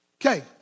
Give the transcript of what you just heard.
Okay